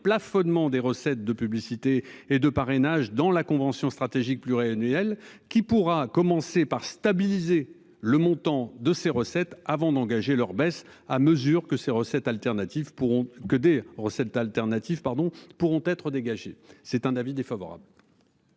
plafonnement des recettes de publicité et de parrainage dans la convention stratégique pluriannuel qui pourra commencer par stabiliser le montant de ces recettes avant d'engager leur baisse, à mesure que ses recettes alternatives pourront que des recettes alternatives